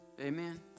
Amen